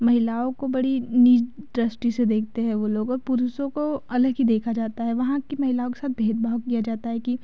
महिलाओं को बड़ी नीच दृष्टि से देखते हैं वो लोग और पुरुषों को अलग ही देखा जाता है वहाँ की महिलाओं के साथ भेदभाव किया जाता है कि